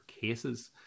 cases